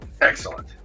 Excellent